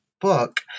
book